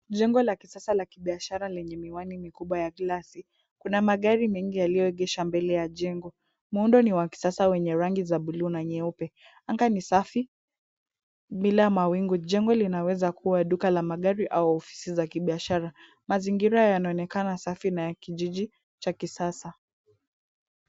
Jengo la kisasa la kibiashara lenye miwani mikubwa ya glasi. Kuna magari mingi yalioegeshwa mbele ya jengo. Muundo ni wa kisasa wenye rangi za buluu na nyeupe . Anga ni safi bila mawingu. Jengo linaweza kuwa duka la magari au ofisi za kibiashara. Mazingira yanaonekana safi na ya kijiji cha kisasa.